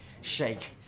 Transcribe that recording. shake